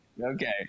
Okay